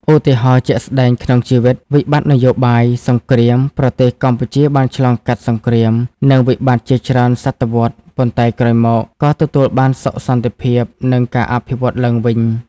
ឧទាហរណ៍ជាក់ស្ដែងក្នុងជីវិត វិបត្តិនយោបាយ សង្គ្រាម ប្រទេសកម្ពុជាបានឆ្លងកាត់សង្គ្រាម និងវិបត្តិជាច្រើនសតវត្សរ៍ ប៉ុន្តែក្រោយមក ក៏ទទួលបានសុខសន្តិភាព និងការអភិវឌ្ឍឡើងវិញ។